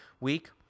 week